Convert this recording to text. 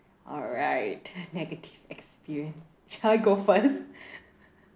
alright negative experience shall I go first